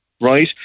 right